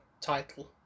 title